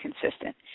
consistent